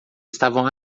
estavam